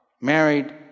married